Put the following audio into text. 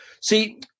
See